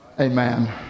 Amen